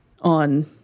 On